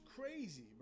crazy